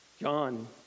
John